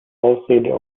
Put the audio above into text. ausrede